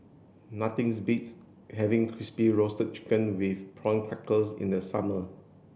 nothing is beats having crispy roasted chicken with prawn crackers in the summer